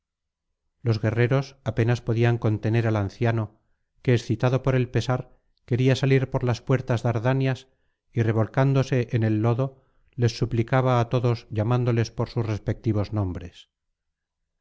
los guerreros apenas podían contener al anciano que excitado por el pesar quería salir por las puertas dardanias y revolcándose en el lodo les suplicaba á todos llamándoles por sus respectivos nombres